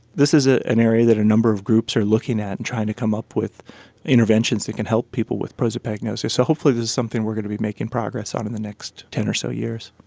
this is ah an area that a number of groups are looking at and trying to come up with interventions that can help people with prosopagnosia, so hopefully this is something we're going to be making progress on in the next ten or so years.